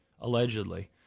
allegedly